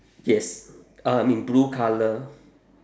yes uh mean blue colour